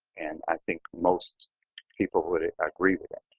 and i think most people would agree with that.